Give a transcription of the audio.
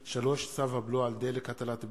3. צו הבלו על דלק (הטלת בלו)